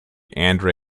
andre